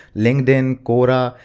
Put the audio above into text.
linkedin, quora,